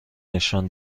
نشان